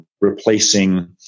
replacing